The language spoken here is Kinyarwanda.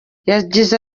yagize